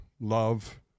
love